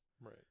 Right